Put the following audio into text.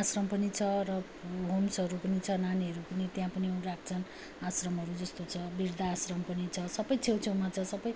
आश्रम पनि छ र हो होम्सहरू पनि छ नानीहरू पनि त्यहाँ पनि राख्छन् आश्रमहरू जस्तो छ वृद्ध आश्रम पनि छ सबै छेउ छेउमा छ सबै